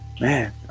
man